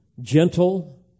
gentle